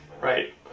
Right